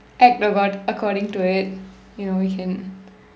act about according to it you know we can